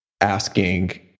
asking